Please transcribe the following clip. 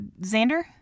Xander